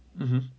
mmhmm